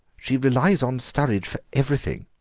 she relies on sturridge for everything.